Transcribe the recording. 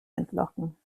entlocken